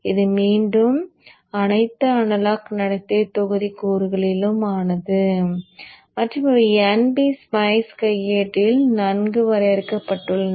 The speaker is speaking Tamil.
இது மீண்டும் அனைத்து அனலாக் நடத்தை தொகுதி கூறுகளாலும் ஆனது மற்றும் இவை ngSpice கையேட்டில் நன்கு வரையறுக்கப்பட்டுள்ளன